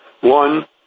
One